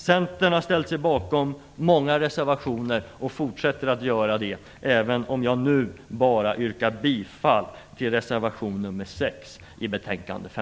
Centern har ställt sig bakom många reservationer och fortsätter att göra det även om jag nu bara yrkar bifall till reservation nr 6 i betänkande